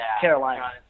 Carolina